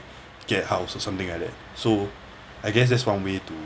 get a house or something like that so I guess that's one way to